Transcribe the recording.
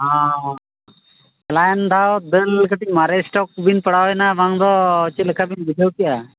ᱦᱮᱸ ᱪᱟᱞᱟᱣᱮᱱ ᱫᱷᱟᱣ ᱫᱟᱹᱞ ᱠᱟᱹᱴᱤᱡ ᱢᱟᱨᱮ ᱥᱴᱚᱠ ᱵᱤᱱ ᱯᱟᱲᱟᱣᱮᱱᱟ ᱵᱟᱝᱫᱚ ᱪᱮᱫ ᱞᱮᱠᱟ ᱵᱤᱱ ᱵᱩᱡᱷᱟᱹᱣ ᱠᱮᱜᱼᱟ